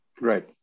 Right